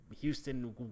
Houston